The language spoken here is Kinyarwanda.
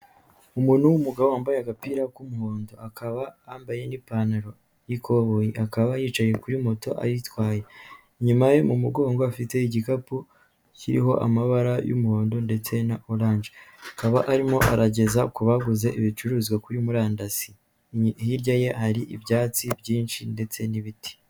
Umuntu w'umugabo wambaye agapira k'umuhondo akaba yambaye n'ipantaro y'ikoboyi akaba yicaye kuri moto ayitwaye, inyuma mu mugongo afite igikapu kiriho amabara y'umuhondo ndetse na orange akaba arimo arageza ku baguze ibicuruzwa kuri murandasi hirya ye hari ibyatsi byinshi ndetse n'ibiti.